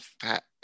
fat